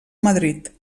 madrid